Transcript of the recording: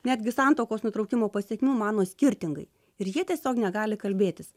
netgi santuokos nutraukimo pasekmių mano skirtingai ir jie tiesiog negali kalbėtis